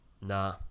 nah